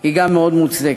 היא גם מאוד מוצדקת.